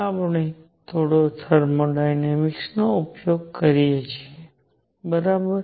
આપણે થોડો થર્મોડાયનેમિક્સનો ઉપયોગ કરીએ છીએ બરાબર